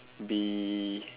be